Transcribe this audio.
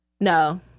No